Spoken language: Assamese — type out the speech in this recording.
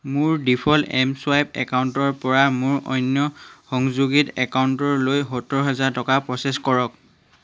মোৰ ডিফ'ল্ট এম চুৱাইপ একাউণ্টৰ পৰা মোৰ অন্য সংযোগিত একাউণ্টৰলৈ সত্তৰ হাজাৰ টকা প্ৰ'চেছ কৰক